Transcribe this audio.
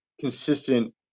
consistent